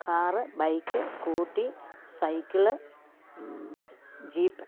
car bike scooty cycle jeep